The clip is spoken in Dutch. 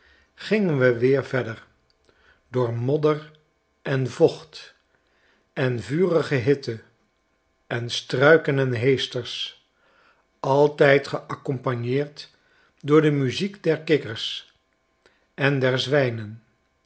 gingen we weer verder door modder en vocht en vurige hitte en struiken en heesters altijd geaccompagneerd door de muziek der kikkers en der zwijnen